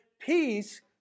peace